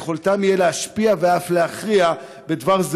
יהיה ביכולתם להשפיע ואף להכריע בבחירת